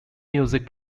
music